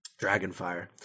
Dragonfire